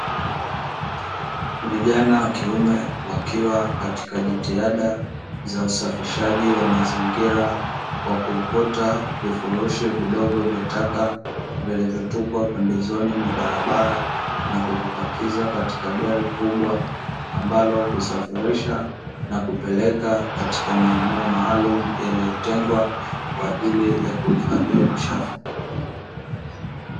Vijana wakiume wakiwa katika jitihada za usafishaji wa mazingira kwa kukokota vifurushi vidogo vya taka vilivyo tupwa pembezoni mwa barabara, na kuvipakiza katika gari kubwa ambalo husafirisha na kupeleka katika maeneo maalumu yaliyo tengwa kwa ajili ya kuifadhi uchafu.